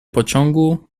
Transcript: pociągu